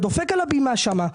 דופק על הבימה שם,